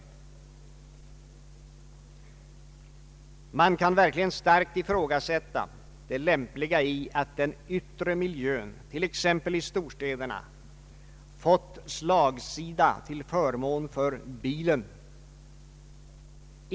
Man kan — inom parentes sagt — verkligen starkt ifrågasätta det lämpliga i att den yttre miljön t.ex. i storstäderna har fått sådan slagsida till förmån för bilen.